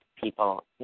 people